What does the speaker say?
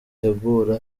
ibirori